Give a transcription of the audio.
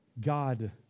God